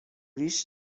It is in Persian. ریش